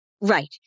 Right